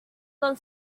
con